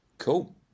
Cool